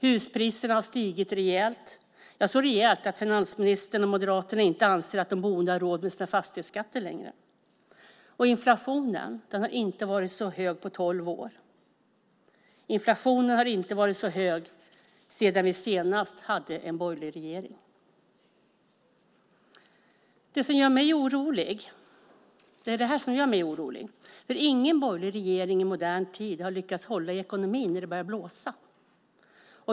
Huspriserna har stigit rejält, så rejält att finansministern och Moderaterna inte anser att de boende inte har råd med sina fastighetsskatter längre. Inflationen har inte varit så hög på tolv år. Den har inte varit så hög sedan vi senast hade en borgerlig regering. Detta gör mig orolig. Ingen borgerlig regering i modern tid har lyckats hålla i ekonomin när det börjat blåsa.